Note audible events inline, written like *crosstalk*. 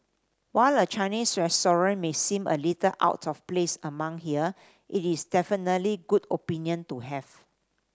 while a Chinese *unintelligible* may seem a little out of place among here it is definitely good opinion to have